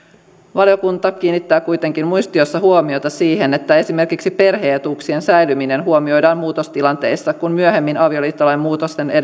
valiokunta kiinnittää kuitenkin muistiossa huomiota siihen että esimerkiksi perhe etuuksien säilyminen huomioidaan muutostilanteissa kun myöhemmin avioliittolain muutosten